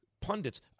pundits